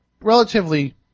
relatively